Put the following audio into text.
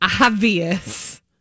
obvious